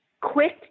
quick